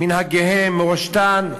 על מנהגיהן, מורשתן,